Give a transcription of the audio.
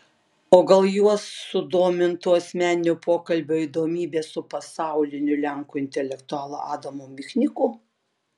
o gal juos sudomintų asmeninio pokalbio įdomybės su pasauliniu lenkų intelektualu adamu michniku